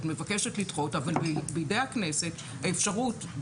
את מבקשת לדחות אבל בידי הכנסת אפשרות